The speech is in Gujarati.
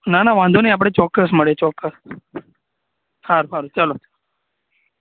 ના ના વાંધો નહીં આપણે ચોક્કસ મળીએ ચોક્કસ સારું સારું ચાલો